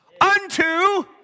unto